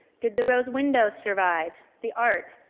did the rose windows survive, the art?